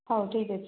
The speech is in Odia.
ହଉ ଠିକ୍ ଅଛି